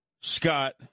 Scott